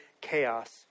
chaos